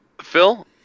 Phil